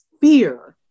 fear